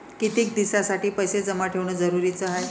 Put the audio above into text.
कितीक दिसासाठी पैसे जमा ठेवणं जरुरीच हाय?